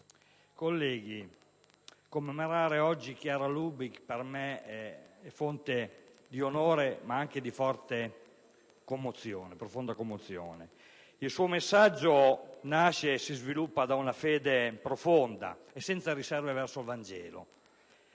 colleghi, commemorare oggi Chiara Lubich per me è fonte di onore, ma anche di profonda commozione. Il suo messaggio nasce e si sviluppa da una fede profonda e senza riserve verso il Vangelo.